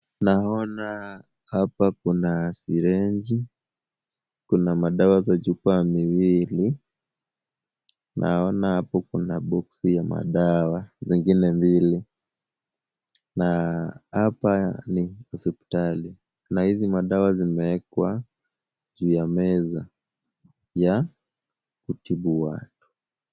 Naona hapa kuna siringe . Kuna madawa za jukwaa miwili. Naona hapo kuna boksi ya madawa zingine mbili. Na hapa ni hospitali na hizi madawa zimewekwa juu ya meza, ya kutibu watu.